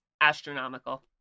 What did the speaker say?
astronomical